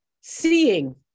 Seeing